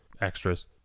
extras